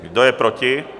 Kdo je proti?